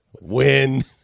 win